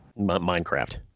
Minecraft